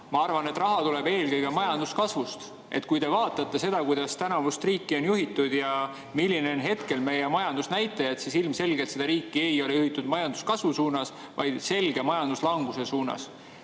Ma arvan, et raha tuleb eelkõige majanduskasvust. Kui te vaatate seda, kuidas tänavust riiki on juhitud ja millised on hetkel meie majandusnäitajaid, siis ilmselgelt seda riiki ei ole juhitud majanduskasvu suunas, vaid selge majanduslanguse suunas.